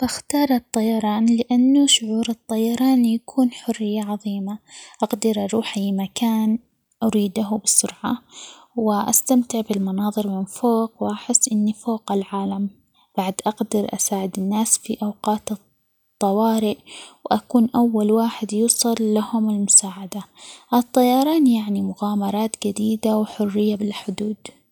أختار الطيران؛ لأنه شعور الطيران يكون حرية عظيمة، أقدر أروح أي مكان أريده بسرعة، واستمتع بالمناظر من فوق ،وأحس إني فوق العالم ،بعد أقدر أساعد الناس في أوقات -الط- الطوارئ، وأكون أول واحد يوصل لهم المساعدة، الطيران يعني مغامرات جديدة، وحرية بلا حدود.